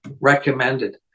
recommended